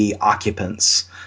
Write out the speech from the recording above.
occupants